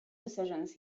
decisions